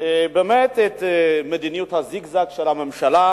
באמת את מדיניות הזיגזג של הממשלה,